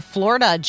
Florida